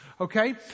Okay